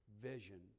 vision